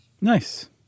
Nice